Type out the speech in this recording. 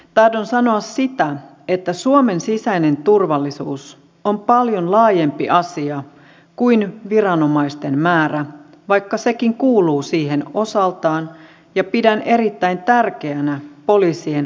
tahdon sanoa sitä että suomen sisäinen turvallisuus on paljon laajempi asia kuin viranomaisten määrä vaikka sekin kuuluu siihen osaltaan ja pidän erittäin tärkeänä poliisien riittävää määrää